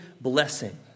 blessing